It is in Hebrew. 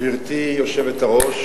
גברתי היושבת-ראש,